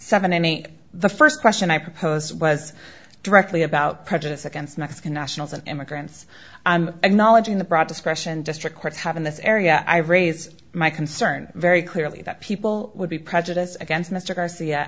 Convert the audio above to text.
eight the first question i propose was directly about prejudice against mexican nationals and immigrants and knowledge in the broad discretion district courts have in this area i raise my concern very clearly that people would be prejudiced against mr garcia